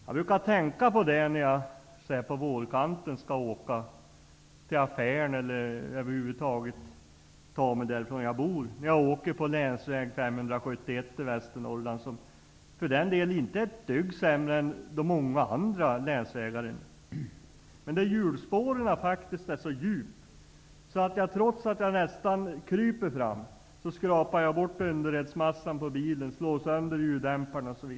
Jag brukar tänka på detta när jag så här på vårkanten skall åka till affären eller över huvud taget ta mig hemifrån med bil. Jag åker på länsväg 571 i Västernorrland, som för den delen inte är ett dugg sämre än många andra länsvägar. Men hjulspåren är faktiskt så djupa att jag, trots att jag nästan kryper fram med bilen, skrapar bort underredsmassan på bilen och slår sönder ljuddämparen.